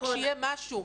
רק שיהיה משהו.